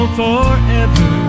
forever